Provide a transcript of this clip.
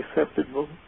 acceptable